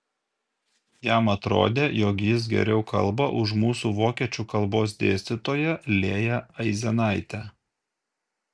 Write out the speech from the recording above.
jam atrodė jog jis geriau kalba už mūsų vokiečių kalbos dėstytoją lėją aizenaitę